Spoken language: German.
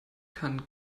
kann